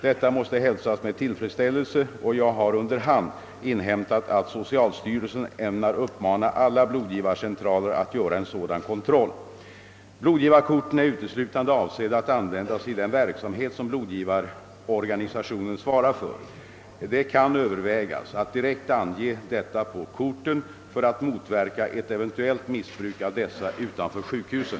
Detta måste hälsas med tillfredsställelse och jag har under hand inhämtat att socialstyrelsen ämnar uppmana alla blodgivarcentraler att göra en sådan kontroll. Blodgivarkorten är uteslutande avsedda att användas i den verksamhet som blodgivarorganisationen svarar för. Det kan övervägas att direkt ange detta på korten för att motverka ett eventuellt missbruk av dessa utanför sjukhusen.